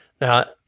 Now